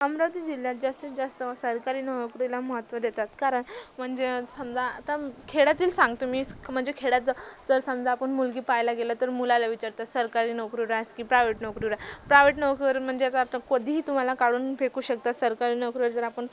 अमरावती जिल्ह्यात जास्तीत जास्त सरकारी नोकरीला महत्त्व देतात कारण म्हणजे समजा आता खेड्यातील सांगतो मी म्हणजे खेड्यात ज जर समजा आपण मुलगी पहायला गेलो तर मुलाला विचारतात सरकारी नोकरीवर आहेस की प्रायव्हेट नोकरीवर आहे प्रायव्हेट नोकरी म्हणजे ह्याचा अर्थ कधीही तुम्हाला काढून फेकू शकतात सरकारी नोकरीवर जर आपण